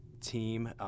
team